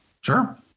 Sure